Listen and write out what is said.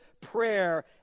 prayer